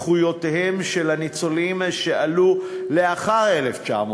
זכויותיהם של הניצולים שעלו לאחר 1953,